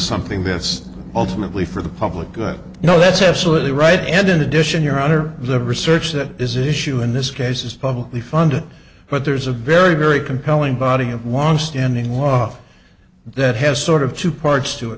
something that's ultimately for the public good you know that's absolutely right and in addition your honor the research that is issue in this case is publicly funded but there's a very very compelling body of longstanding law that has sort of two parts to